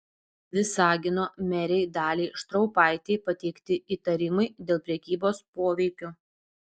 visagino merei daliai štraupaitei pateikti įtarimai dėl prekybos poveikiu